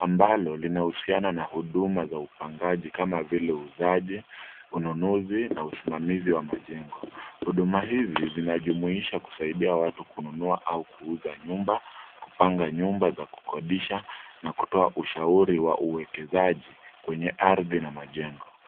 ambalo linahusiana na huduma za upangaji kama vile uuzaji, ununuzi na usimamizi wa majengo. Huduma hizi zinajumuisha kusaidia watu kununua au kuuza nyumba, kupanga nyumba za kukodisha na kutoa ushauri wa uwekezaji kwenye ardhi na majengo.